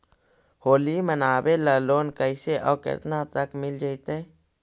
होली मनाबे ल लोन कैसे औ केतना तक के मिल जैतै?